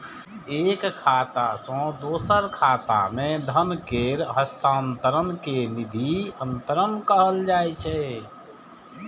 एक खाता सं दोसर खाता मे धन केर हस्तांतरण कें निधि अंतरण कहल जाइ छै